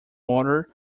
water